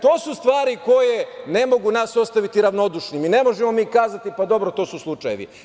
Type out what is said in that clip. To su stvari ne mogu nas ostaviti ravnodušnim i ne možemo mi kazati – pa, dobro, tu su slučajevi.